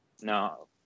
No